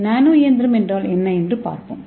முதலில் நானோ இயந்திரம் என்றால் என்ன என்று பார்ப்போம்